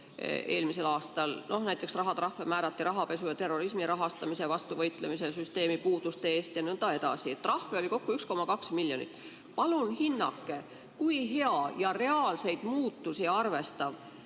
kuriteokaebusi. Näiteks rahatrahve määrati rahapesu ja terrorismi rahastamise vastu võitlemise süsteemi puuduste eest jne. Trahve oli kokku 1,2 miljonit eurot. Palun hinnake, kui hea ja reaalseid muutusi arvestav